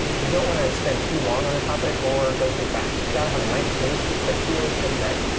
you don't want to spend too long on a topic or go too fast. you got to have a nice pace that feels just right.